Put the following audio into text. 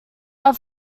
are